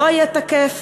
לא יהיה תקף,